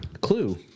Clue